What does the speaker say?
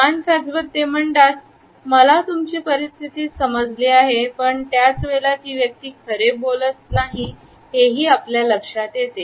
मान खाजवत ते म्हणतात मला तुमची परिस्थिती समजली आहे पण त्याच वेळेला ती व्यक्ती खरे बोलत नाही हेही आपल्या लक्षात येते